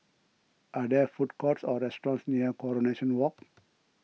are there food courts or restaurants near Coronation Walk